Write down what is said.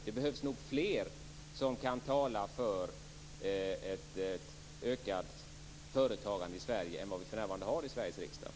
Det behövs nog fler i Sveriges riksdag som kan tala för ett ökat företagande i Sverige än det finns för närvarande.